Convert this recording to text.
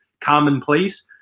commonplace